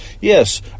Yes